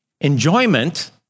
Enjoyment